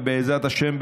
ובעזרת השם,